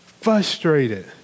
frustrated